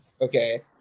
okay